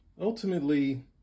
ultimately